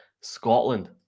Scotland